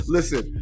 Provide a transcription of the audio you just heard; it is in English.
Listen